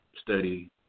study